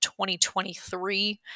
2023